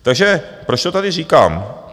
Takže proč to tady říkám?